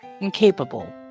incapable